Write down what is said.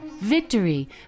victory